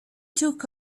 took